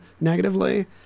negatively